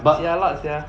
jialat sia